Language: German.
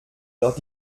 noch